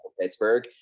Pittsburgh